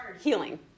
Healing